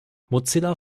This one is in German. mozilla